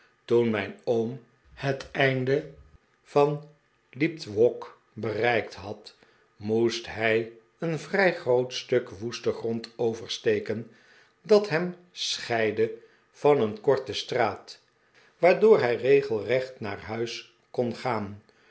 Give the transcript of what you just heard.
toen mijn oom het einde van leith walk bereikt had moest hij een vrij groot stuk woesteh grond oversteken dat hem scheidde van een korte straat waardpor hij regelrecht naar huis kon gaan